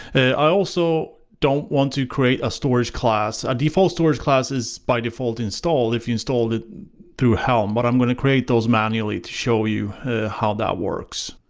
i also don't want to create a storageclass, a default storageclass is by default installed if you install through helm but i'm going to create those manually to show you how that works.